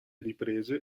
riprese